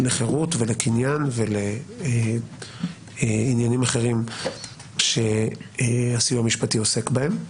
הזכות לחירות והזכות לקניין ולעניינים אחרים שהסיוע המשפטי עוסק בהם.